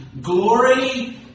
Glory